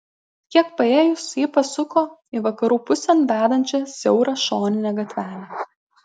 kiek paėjus ji pasuko į vakarų pusėn vedančią siaurą šoninę gatvelę